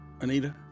Anita